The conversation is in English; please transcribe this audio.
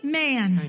man